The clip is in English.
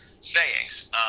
sayings